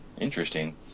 interesting